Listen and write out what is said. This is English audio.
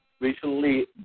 Recently